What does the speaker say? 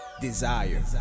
desire